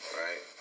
right